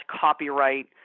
copyright